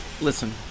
listen